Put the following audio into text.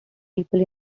people